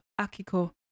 Akiko